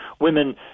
women